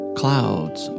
clouds